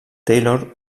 taylor